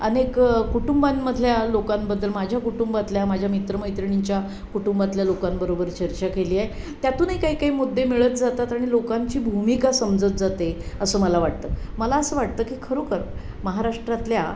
अनेक कुटुंबांमधल्या लोकांबद्दल माझ्या कुटुंबातल्या माझ्या मित्रमैत्रिणींच्या कुटुंबातल्या लोकांबरोबर चर्चा केली आहे त्यातूनही काही काही मुद्दे मिळत जातात आणि लोकांची भूमिका समजत जाते असं मला वाटतं मला असं वाटतं की खरोखर महाराष्ट्रातल्या